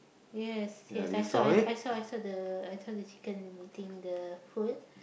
yes yes I saw I saw I saw the I saw the chicken eating the food